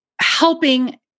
helping